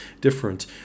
different